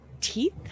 teeth